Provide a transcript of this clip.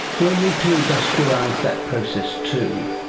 we'll need to industrialise that process too.